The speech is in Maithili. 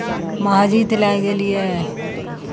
महजिद लए गेलियै